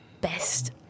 best